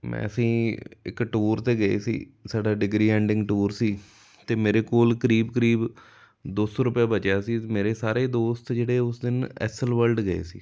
ਮੈਂ ਅਸੀਂ ਇੱਕ ਟੂਰ 'ਤੇ ਗਏ ਸੀ ਸਾਡਾ ਡਿਗਰੀ ਐਂਡਿੰਗ ਟੂਰ ਸੀ ਅਤੇ ਮੇਰੇ ਕੋਲ ਕਰੀਬ ਕਰੀਬ ਦੋ ਸੌ ਰੁਪਇਆ ਬਚਿਆ ਸੀ ਮੇਰੇ ਸਾਰੇ ਦੋਸਤ ਜਿਹੜੇ ਉਸ ਦਿਨ ਐਸਲ ਵਰਲਡ ਗਏ ਸੀ